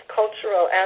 cultural